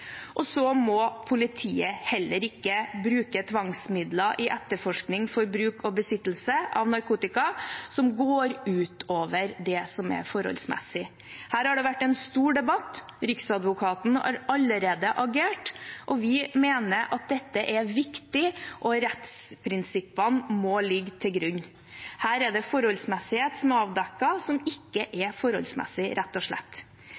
etterforskning for bruk og besittelse av narkotika som går utover det som er forholdsmessig. Her har det vært en stor debatt. Riksadvokaten har allerede agert. Vi mener at dette er viktig, og rettsprinsippene må ligge til grunn. Her er det forholdsmessighet som er avdekket, som ikke er forholdsmessig, rett og slett.